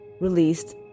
released